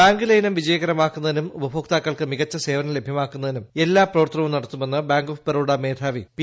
bank ലയനം വിജയകരമാക്കുന്നുതിനും ഉപഭോക്താക്കൾക്ക് മികച്ച സേവനം ലഭ്യമാക്കുന്നതിനും ക്ലല്ലാ പ്രവർത്തനവും നടത്തുമെന്ന് ബാങ്ക് ഓഫ് ബറോഡ മേധാവി പ്പി